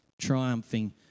triumphing